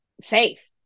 safe